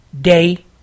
day